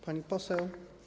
Pani Poseł!